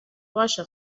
باشه